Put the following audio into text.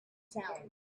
sound